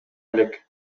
элек